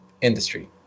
industry